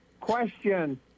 Question